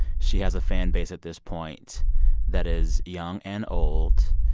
she has a fan base at this point that is young and old,